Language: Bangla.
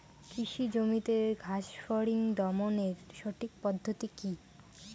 কৃষি জমিতে ঘাস ফরিঙ দমনের সঠিক পদ্ধতি কি?